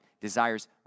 desires